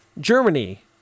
Germany